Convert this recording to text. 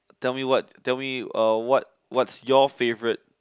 tell me what tell me uh what what's your favourite